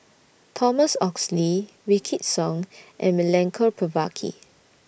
Thomas Oxley Wykidd Song and Milenko Prvacki